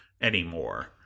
anymore